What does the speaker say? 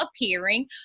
appearing